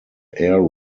air